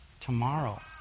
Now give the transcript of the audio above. tomorrow